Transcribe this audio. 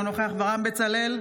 אינו נוכח אברהם בצלאל,